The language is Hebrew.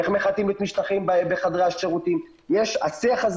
אין מחטאים משטחים בחדרי שירותים השיח הזה